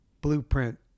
blueprint